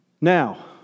now